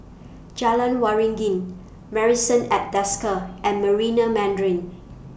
Jalan Waringin Marrison At Desker and Marina Mandarin